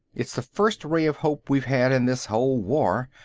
it's the first ray of hope we've had in this whole war.